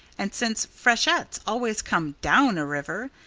and since freshets always come down a river,